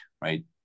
right